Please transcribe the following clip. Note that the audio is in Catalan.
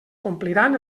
compliran